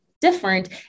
different